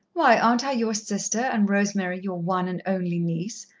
why, aren't i your sister, and rosemary your one and only niece?